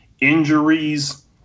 Injuries